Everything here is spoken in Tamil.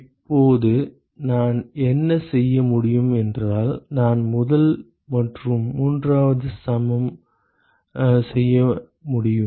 இப்போது நான் என்ன செய்ய முடியும் என்றால் நான் முதல் மற்றும் மூன்றாவது சமன் செய்ய முடியும்